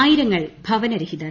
ആയിരങ്ങൾ ഭവനരഹിതർ